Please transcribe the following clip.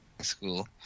school